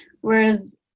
whereas